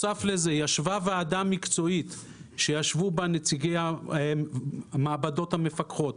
ישבה ועדה מקצועית שהיו בה נציגי המעבדות המפקחות,